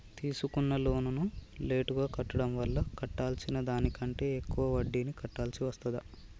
తీసుకున్న లోనును లేటుగా కట్టడం వల్ల కట్టాల్సిన దానికంటే ఎక్కువ వడ్డీని కట్టాల్సి వస్తదా?